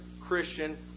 Christian